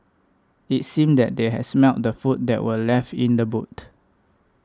it seemed that they had smelt the food that were left in the boot